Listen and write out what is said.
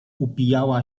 upijała